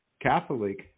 Catholic